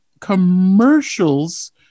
commercials